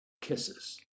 kisses